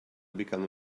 become